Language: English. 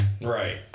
Right